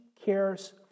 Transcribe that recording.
cares